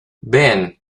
ven